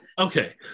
okay